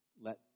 let